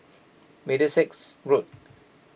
Middlesex Road